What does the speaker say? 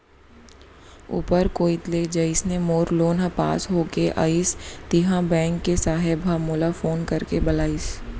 ऊपर कोइत ले जइसने मोर लोन ह पास होके आइस तिहॉं बेंक के साहेब ह मोला फोन करके बलाइस